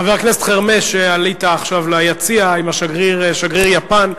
חבר הכנסת חרמש, עלית עכשיו ליציע עם שגריר יפן.